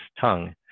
tongue